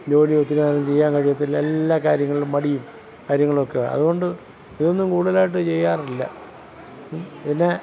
ജോലി ഒത്തിരി നേരം ചെയ്യാൻ കഴിയത്തില്ല എല്ലാ കാര്യങ്ങളിലും മടിയും കാര്യങ്ങളൊക്കെ അതുകൊണ്ട് ഇതൊന്നും കൂടുതലായിട്ട് ചെയ്യാറില്ല പിന്നെ